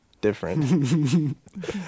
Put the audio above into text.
different